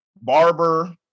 Barber